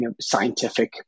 scientific